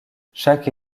chaque